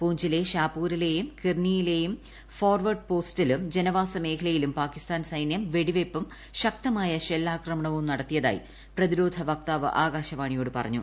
പൂഞ്ചിലെ ഷാപൂരിലെയും കിർനിയിലെയും ഫോർവേഡ് പോസ്റ്റിലും ജനവാസ മേഖലയിലും പാകിസ്ഥാൻ സൈന്യം വെടിവെയ്പും ശക്തമായ ഷെല്ലാക്രമണവും നടത്തിയതായി പ്രതിരോധ വക്താവ് ആകാശവാണിയോട് പറഞ്ഞു